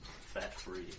Fat-free